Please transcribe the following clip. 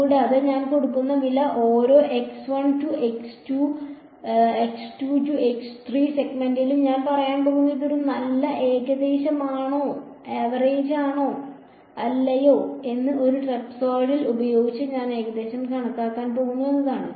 കൂടാതെ ഞാൻ കൊടുക്കുന്ന വില ഓരോ to to സെഗ്മെന്റിലും ഞാൻ പറയാൻ പോകുന്നത് ഇത് ഒരു നല്ല ഏകദേശമാണോ അല്ലയോ എന്ന് ഒരു ട്രപസോയ്ഡൽ ഉപയോഗിച്ച് ഞാൻ ഏകദേശം കണക്കാക്കാൻ പോകുന്നു എന്നതാണ്